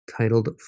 titled